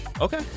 Okay